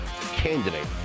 candidate